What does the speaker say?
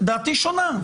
דעתי שונה.